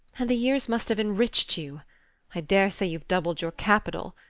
and the years must have enriched you i daresay you've doubled your capital.